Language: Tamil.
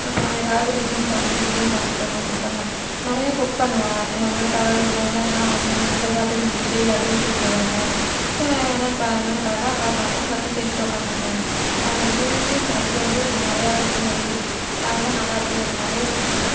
அப்புறம் எதாவது டிசைன் பார்த்தனா டிசைன் வரஞ்சிட்டொக்காந்துருப்பேன் நெறைய குக் பண்ணுவேன் என் அண்ணனுக்காக மொபைல் பார்த்து இது செய் அப்டினு சொல்லி சொல்லுவாங்க ஸோ நான் என் அண்ணனுக்காக அக்காவுக்காகவும் எல்லாத்தையும் செஞ்சிட்டொக்காந்துருப்பேன் நீ நெறையா குக் செய் அதெல்லாம் நல்லாருக்கு நீ நெறையா குக் செய்